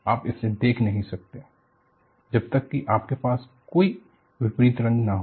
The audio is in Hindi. आप इसे देख नहीं सकते जब तक कि आपके पास कोई विपरीत रंग न हो